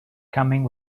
coming